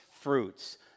fruits